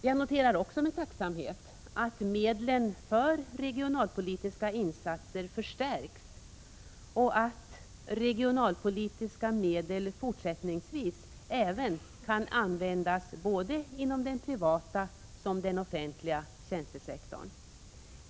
Jag noterar också med tacksamhet att medlen för regionalpolitiska insatser förstärks och att regionalpolitiska medel fortsättningsvis kan användas inom såväl den privata som den offentliga tjänstesektorn.